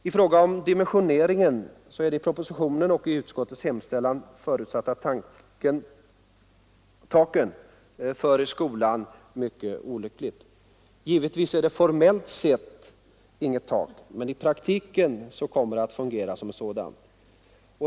I fråga om dimensioneringen är det i propositionen och i utskottets hemställan förutsatta taket för skolan mycket olyckligt. Givetvis är detta formellt sett inget tak, men i praktiken kommer det att fungera som ett sådant.